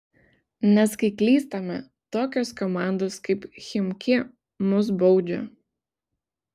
nes kai klystame tokios komandos kaip chimki mus baudžia